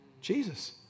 Jesus